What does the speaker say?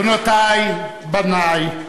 בנותי, (מחיאות כפיים) בנותי, בני,